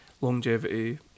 longevity